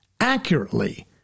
accurately